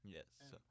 Yes